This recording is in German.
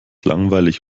langweilig